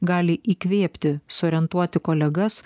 gali įkvėpti suorientuoti kolegas